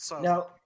Now